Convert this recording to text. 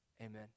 Amen